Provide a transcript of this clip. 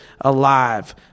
alive